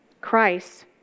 Christ